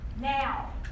now